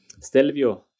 Stelvio